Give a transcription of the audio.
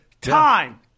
time